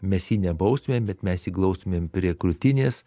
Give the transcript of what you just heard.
mes jį nebaustumėm bet mes jį glaustumėm prie krūtinės